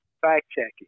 fact-checking